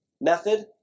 method